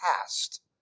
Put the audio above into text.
past